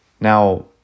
Now